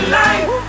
life